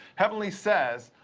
heavenly says,